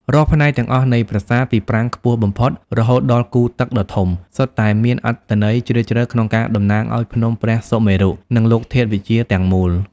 រាល់ផ្នែកទាំងអស់នៃប្រាសាទ ពីប្រាង្គខ្ពស់បំផុត រហូតដល់គូរទឹកដ៏ធំ សុទ្ធតែមានអត្ថន័យជ្រាលជ្រៅក្នុងការតំណាងឱ្យភ្នំព្រះសុមេរុ និងលោកធាតុវិទ្យាទាំងមូល។